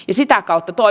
i sitä kautta toi